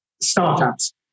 startups